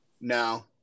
No